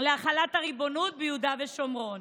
להחלת ריבונות ביהודה ושומרון.